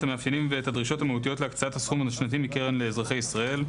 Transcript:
המאפיינים ואת הדרישות המהותיות להקצאת הסכום השנתי מהקרן לאזרחי ישראל.